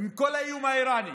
עם כל האיום האיראני,